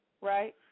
right